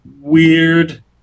weird